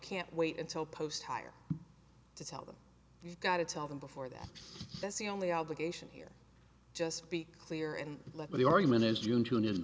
can't wait until post higher to tell them you've got to tell them before that that's the only obligation here just be clear and let the argument is un